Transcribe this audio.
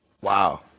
Wow